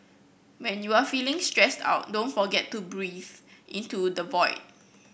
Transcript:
when you are feeling stressed out don't forget to breathe into the void